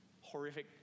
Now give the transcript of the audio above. horrific